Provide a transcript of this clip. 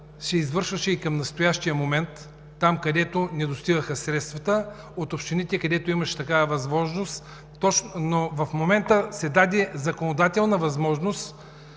се извършваше и към настоящия момент – там, където не достигаха средствата, от общините, които имаха такава възможност, но в момента се даде законодателна възможност